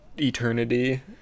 eternity